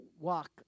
walk